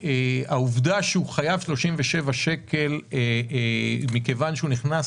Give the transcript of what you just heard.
העובדה שהוא חייב 37 שקלים מכיוון שהוא נכנס